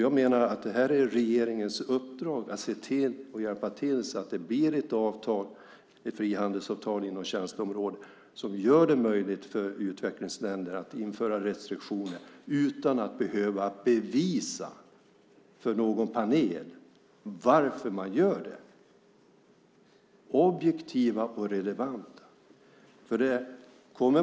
Jag menar att det är regeringens uppdrag att hjälpa till så att det blir ett avtal, ett frihandelsavtal inom tjänsteområdet, som gör det möjligt för utvecklingsländer att införa restriktioner utan att behöva bevisa för någon panel varför de gör det - objektivitet och relevans.